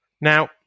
Now